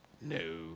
No